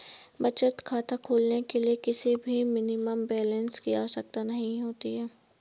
बचत खाता खोलने के लिए किसी भी मिनिमम बैलेंस की आवश्यकता नहीं होती है